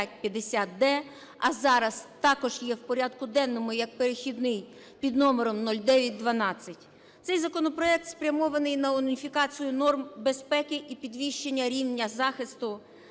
а зараз також є в порядку денному як перехідний під номером 0912. Цей законопроект спрямований на уніфікацію норм безпеки і підвищення рівня захисту